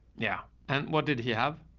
yeah. and what did he have?